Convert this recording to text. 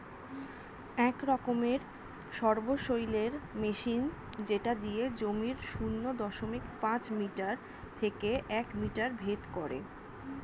এক রকমের সবসৈলের মেশিন যেটা দিয়ে জমির শূন্য দশমিক পাঁচ মিটার থেকে এক মিটার ভেদ করে